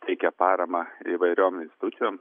teikia paramą įvairiom institucijom